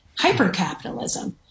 hypercapitalism